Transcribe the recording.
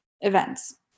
events